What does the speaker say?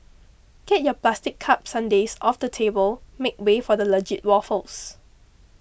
get your plastic cup sundaes off the table make way for legit waffles